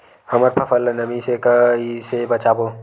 हमर फसल ल नमी से क ई से बचाबो?